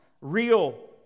Real